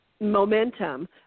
momentum